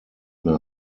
mehr